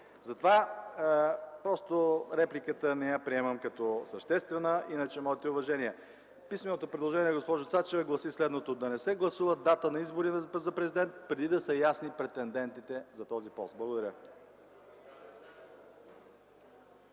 Затова не приемам репликата като съществена, иначе моите уважения. Писменото предложение, госпожо Цачева, гласи следното: „Да не се гласува дата за избори за президент, преди да са ясни претендентите за този пост”. Благодаря.